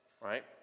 right